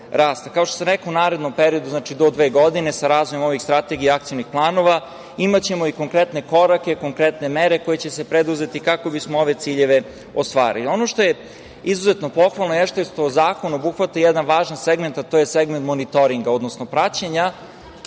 što sam rekao, u narednom periodu, znači do dve godine, sa razvojem ovih strategija i akcionih planova imaćemo i konkretne korake, konkretne mere koje će se preduzeti kako bismo ove ciljeve ostvarili. Ono što je izuzetno pohvalno je što zakon obuhvata jedan važan segment, a to je segment monitoringa, odnosno praćenja